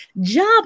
job